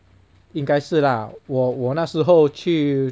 应该是 lah 我我那时候去